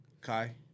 Kai